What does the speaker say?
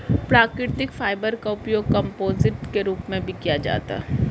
प्राकृतिक फाइबर का उपयोग कंपोजिट के रूप में भी किया जाता है